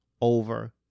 over